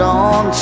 on